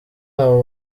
abo